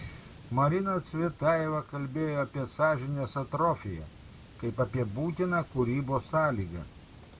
marina cvetajeva kalbėjo apie sąžinės atrofiją kaip apie būtiną kūrybos sąlygą